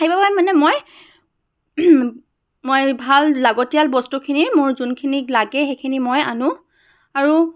সেইবাবে মানে মই মই ভাল লাগতিয়াল বস্তুখিনি মোৰ যোনখিনি লাগে সেইখিনি মই আনো আৰু